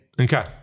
Okay